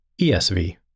ESV